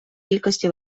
кількості